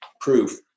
proof